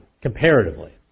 comparatively